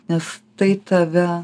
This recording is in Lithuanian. nes tai tave